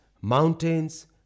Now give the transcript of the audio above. mountains